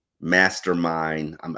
mastermind